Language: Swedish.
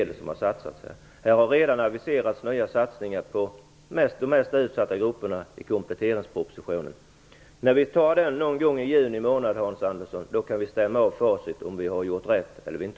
Det har redan aviserats nya satsningar i kompletteringspropostionen på de mest utsatta grupperna. När vi skall behandla denna någon gång i juni har vi facit och vet om vi har gjort rätt eller inte.